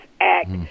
Act